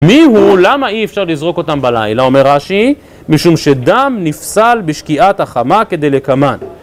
מיהו, למה אי אפשר לזרוק אותם בלילה, אומר רשי? משום שדם נפסל בשקיעת החמה כדלקמן.